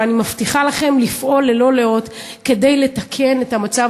ואני מבטיחה לכם לפעול ללא לאות כדי לתקן את המצב